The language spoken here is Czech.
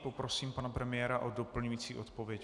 Poprosím pana premiéra o doplňující odpověď.